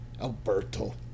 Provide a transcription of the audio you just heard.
Alberto